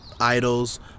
idols